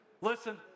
Listen